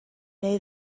neu